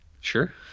Sure